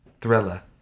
thriller